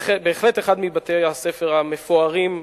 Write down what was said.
בהחלט אחד מבתי-הספר המפוארים,